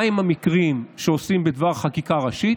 מהם המקרים שעושים בדבר חקיקה ראשית,